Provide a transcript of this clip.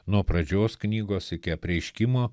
nuo pradžios knygos iki apreiškimo